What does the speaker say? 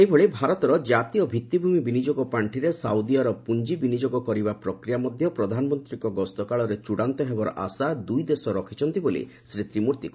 ସେହିଭଳି ଭାରତର ଜାତୀୟ ଭିତ୍ତିଭୂମି ବିନିଯୋଗ ପାଖିରେ ସାଉଦି ଆରବ ପୁଞ୍ଜବିନିଯୋଗ କରିବା ପ୍ରକ୍ରିୟା ମଧ୍ୟ ପ୍ରଧାନମନ୍ତ୍ରୀଙ୍କ ଗସ୍ତ କାଳରେ ଚଡ଼ାନ୍ତ ହେବାର ଆଶା ଦୁଇଦେଶ ରଖିଛନ୍ତି ବୋଲି ଶ୍ରୀ ତ୍ରିମ୍ଭର୍ତ୍ତି